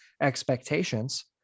expectations